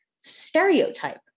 stereotype